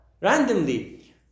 Randomly